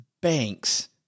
banks